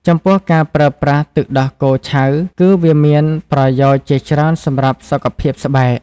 ចំពោះការប្រើប្រាស់ទឹកដោះគោឆៅ គឺវាមានប្រយោជន៍ជាច្រើនសម្រាប់សុខភាពស្បែក។